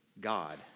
God